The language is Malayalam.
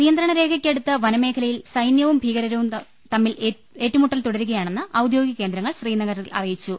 നിയന്ത്രണരേഖക്കടുത്ത് വനമേഖലയിൽ സൈന്യവും ഭീകരരും തമ്മിൽ ഏറ്റുമുട്ടൽ തുടരുകയാണെന്ന് ഔദ്യോഗിക കേന്ദ്രങ്ങൾ ശ്രീനഗറിൽ അറിയിച്ചു